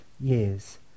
years